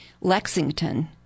Lexington